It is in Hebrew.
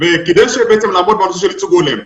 כדי בעצם לעמוד בנושא של ייצוג הולם.